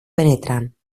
penetrant